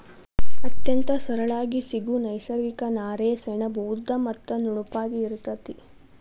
ಅತ್ಯಂತ ಸರಳಾಗಿ ಸಿಗು ನೈಸರ್ಗಿಕ ನಾರೇ ಸೆಣಬು ಉದ್ದ ಮತ್ತ ನುಣುಪಾಗಿ ಇರತತಿ